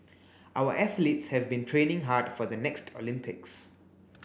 our athletes have been training hard for the next Olympics